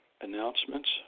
announcements